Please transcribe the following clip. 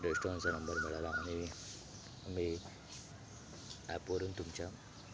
रेस्टोरंटचा number मिळाला आणि मी ॲपवरून तुमच्या